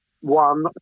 one